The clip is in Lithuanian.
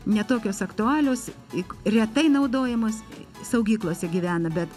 ne tokios aktualios tik retai naudojamos saugyklose gyvena bet